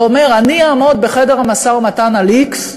ואומר: אני אעמוד בחדר המשא-ומתן על x,